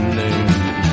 name